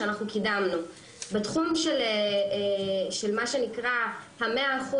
שאנחנו קידמנו בתחום של מה שנקרא ה-100%,